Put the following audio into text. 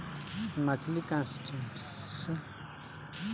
मछली crustaceans molluscs शैवाल अउर जलीय पौधा जइसे कमल के खेती एमे बा